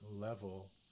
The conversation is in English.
level